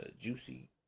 Juicy